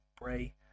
Bray